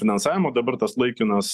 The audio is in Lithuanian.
finansavimo dabar tas laikinas